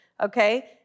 Okay